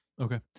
Okay